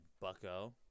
bucko